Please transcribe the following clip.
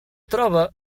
troba